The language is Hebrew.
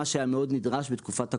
דבר שהיה מאוד נדרש בתקופת הקורונה.